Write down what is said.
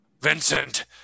Vincent